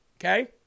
Okay